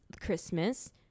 Christmas